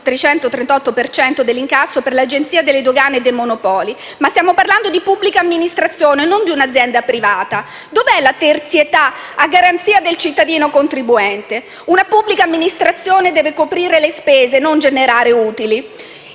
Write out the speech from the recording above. cento dell'incasso per l'Agenzia delle dogane e dei monopoli), mentre stiamo parlando di pubblica amministrazione e non di un'azienda privata. Dove è la terzietà a garanzia del cittadino contribuente? Una pubblica amministrazione deve coprire le spese e non generare utili.